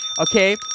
Okay